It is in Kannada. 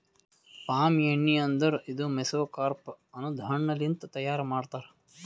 ಪಾಮ್ ಎಣ್ಣಿ ಅಂದುರ್ ಇದು ಮೆಸೊಕಾರ್ಪ್ ಅನದ್ ಹಣ್ಣ ಲಿಂತ್ ತೈಯಾರ್ ಮಾಡ್ತಾರ್